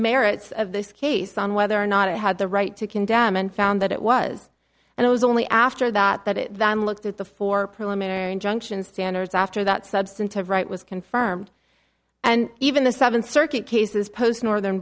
merits of this case on whether or not it had the right to condemn and found that it was and it was only after that that it looked at the four preliminary injunction standards after that substantive right was confirmed and even the seven circuit cases post northern